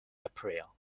april